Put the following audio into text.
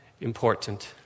important